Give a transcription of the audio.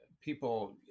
people